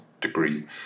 degree